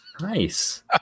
Nice